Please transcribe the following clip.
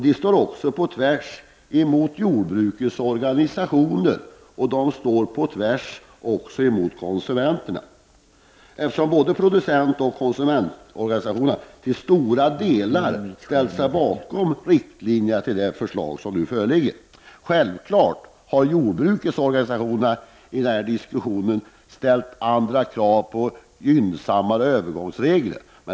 De går också på tvärs mot jordbrukets egna organisationer och mot konsumenterna, eftersom både producentoch konsumentorganisationerna i stora delar ställt sig bakom riktlinjerna i det föreliggande förslaget. Självfallet har jordbrukets organisationer ställt krav på gynnsamma övergångsregler.